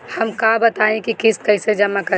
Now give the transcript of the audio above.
हम का बताई की किस्त कईसे जमा करेम?